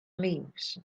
leaves